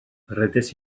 rhedais